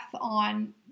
on